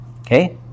Okay